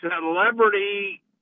celebrity